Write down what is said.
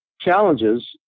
challenges